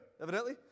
evidently